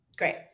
Great